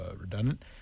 redundant